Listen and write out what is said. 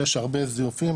שיש הרבה זיופים,